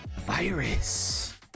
virus